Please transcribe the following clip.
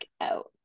out